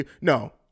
No